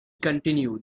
continued